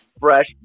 fresh